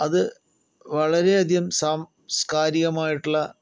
അത് വളരെയധികം സാംസ്കാരികമായിട്ടുള്ള